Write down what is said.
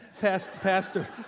Pastor